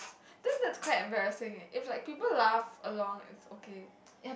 then that is quite embarrassing leh if like people laugh along then it's okay